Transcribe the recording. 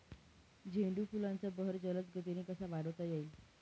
झेंडू फुलांचा बहर जलद गतीने कसा वाढवता येईल?